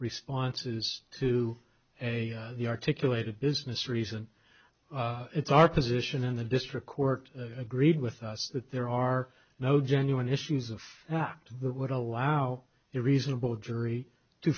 responses to the articulated business reason it's our position in the district court agreed with us that there are no genuine issues of that would allow a reasonable jury to